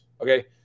Okay